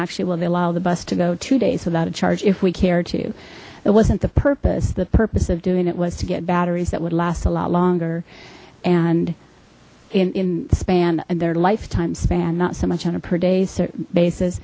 allow the bus to go two days without a charge if we care to it wasn't the purpose the purpose of doing it was to get batteries that would last a lot longer and in in span and their lifetime span not so much